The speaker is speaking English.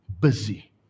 busy